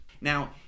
Now